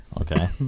Okay